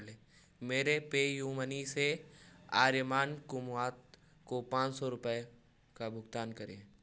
मेरे PayU money से आर्यमान कुमावत को पाँच सौ रुपये का भुगतान करें